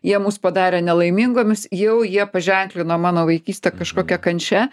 jie mus padarė nelaimingomis jau jie paženklino mano vaikystę kažkokia kančia